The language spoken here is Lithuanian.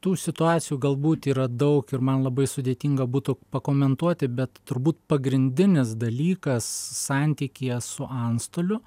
tų situacijų galbūt yra daug ir man labai sudėtinga būtų pakomentuoti bet turbūt pagrindinis dalykas santykyje su antstoliu